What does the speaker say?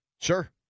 Sure